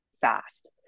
fast